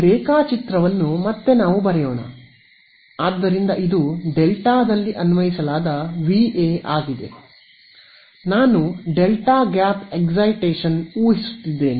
ರೇಖಾಚಿತ್ರವನ್ನು ಮತ್ತೆ ನಾವು ಬರೆಯೋಣ ಆದ್ದರಿಂದ ಇದು ಡೆಲ್ಟಾದಲ್ಲಿ ಅನ್ವಯಿಸಲಾದ ವಿಎ ಆಗಿದೆ ನಾನು ಡೆಲ್ಟಾ ಗ್ಯಾಪ್ ಎಕ್ಸಿಟೇಷನ್ ಊಹಿಸುತ್ತಿದ್ದೇನೆ